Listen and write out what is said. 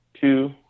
Two